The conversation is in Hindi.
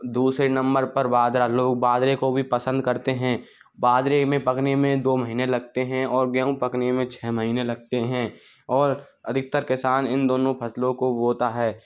दूसरे नंबर पर बाजरा लोग बाजरे को भी पसंद करते हैं बाजरे में पकने में दो महीने लगते हैं और गेहूँ पकने में छ महीने लगते हैं और अधिकतर किसान इन दोनों फ़सलों को बोता है